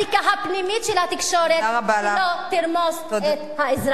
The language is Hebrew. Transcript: הפנימית של התקשורת שלא תרמוס את האזרח הפשוט.